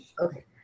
okay